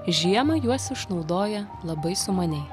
žiemą juos išnaudoja labai sumaniai